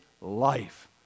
life